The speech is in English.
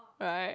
right